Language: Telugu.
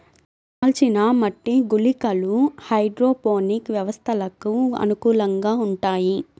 కాల్చిన మట్టి గుళికలు హైడ్రోపోనిక్ వ్యవస్థలకు అనుకూలంగా ఉంటాయి